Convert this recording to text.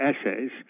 essays